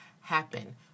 happen